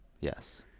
yes